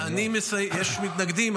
יש מתנגדים.